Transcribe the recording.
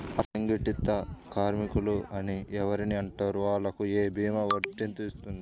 అసంగటిత కార్మికులు అని ఎవరిని అంటారు? వాళ్లకు ఏ భీమా వర్తించుతుంది?